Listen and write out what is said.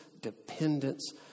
dependence